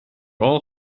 all